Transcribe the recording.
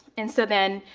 and so then,